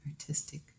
Artistic